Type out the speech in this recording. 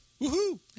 Woohoo